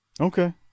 Okay